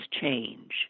change